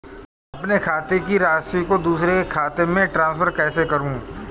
अपने खाते की राशि को दूसरे के खाते में ट्रांसफर कैसे करूँ?